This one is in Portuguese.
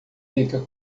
fica